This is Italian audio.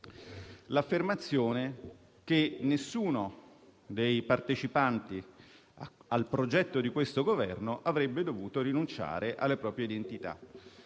l'affermazione che nessuno dei partecipanti al progetto di questo Governo avrebbe dovuto rinunciare alla propria identità.